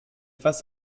face